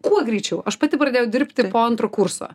kuo greičiau aš pati pradėjau dirbti po antro kurso